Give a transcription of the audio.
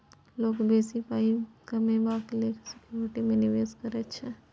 लोक बेसी पाइ कमेबाक लेल सिक्युरिटी मे निबेश करै छै